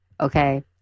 Okay